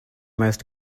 most